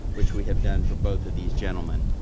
which we have done for both of these gentlemen.